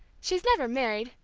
she's never married,